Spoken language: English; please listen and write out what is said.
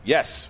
Yes